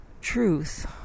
truth